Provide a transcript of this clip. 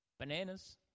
Bananas